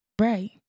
Right